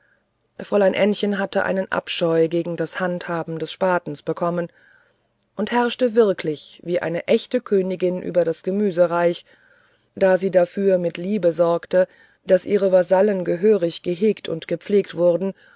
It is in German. fräulein ännchen hatte einen abscheu gegen das handhaben des spatens bekommen und herrschte wirklich wie eine echte königin über das gemüsreich da sie dafür mit liebe sorgte daß ihre vasallen gehörig gehegt und gepflegt wurden